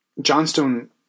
Johnstone